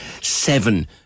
seven